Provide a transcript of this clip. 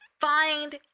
find